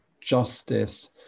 justice